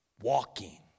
walking